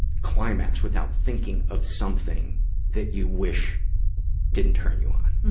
climax without thinking of something that you wish didn't turn you on.